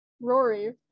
Rory